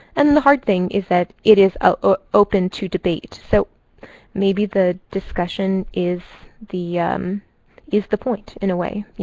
and the hard thing is that it is ah ah open to debate. so maybe the discussion is the is the point, in a way. yeah